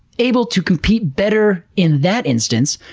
able to compete better in that instance,